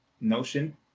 notion